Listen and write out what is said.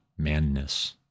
manness